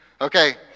Okay